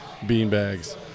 beanbags